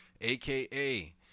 AKA